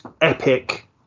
Epic